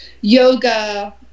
yoga